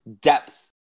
depth